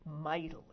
mightily